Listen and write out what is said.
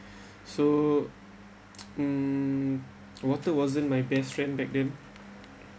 so mm water wasn't my best friend back then